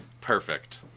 Perfect